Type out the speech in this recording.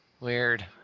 Weird